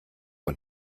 und